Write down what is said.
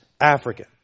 African